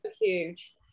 huge